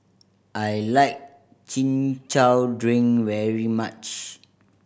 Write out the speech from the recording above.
I like Chin Chow drink very much